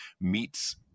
meets